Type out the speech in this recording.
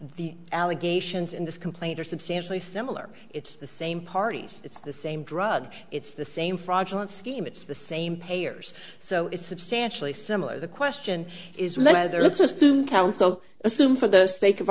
the allegations in this complaint are substantially similar it's the same parties it's the same drug it's the same fraudulent scheme it's the same payers so it's substantially similar the question is was there let's assume town so assume for the sake of